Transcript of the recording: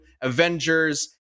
Avengers